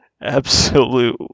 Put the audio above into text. Absolute